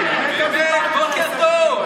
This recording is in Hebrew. בוקר טוב.